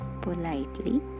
politely